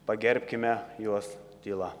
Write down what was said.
pagerbkime juos tyla